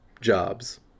jobs